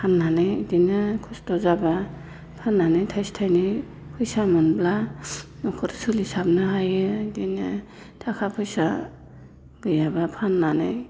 फाननानै बिदिनो खस्त' जाबा फाननानै थाइसे थाइनै फैसा मोनब्ला न'खर सोलिसाबनो हायो बिदिनो थाखा फैसा गैयाबा फाननानै